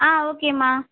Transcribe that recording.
ஆ ஓகேம்மா